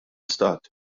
istat